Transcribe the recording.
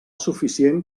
suficient